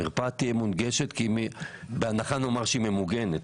המרפאה תהיה מונגשת בהנחה שהיא ממוגנת.